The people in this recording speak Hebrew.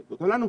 לכולנו,